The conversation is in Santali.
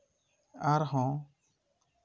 ᱟᱨᱦᱚᱸ